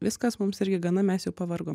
viskas mums irgi gana mes jau pavargom